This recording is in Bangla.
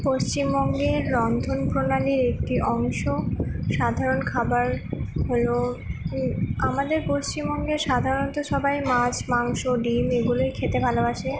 পশ্চিমবঙ্গের রন্ধন প্রণালীর একটি অংশ সাধারণ খাবার হলো আমাদের পশ্চিমবঙ্গের সাধারণত সবাই মাছ মাংস ডিম এগুলোই খেতে ভালোবাসে